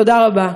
תודה רבה.